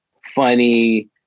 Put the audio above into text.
funny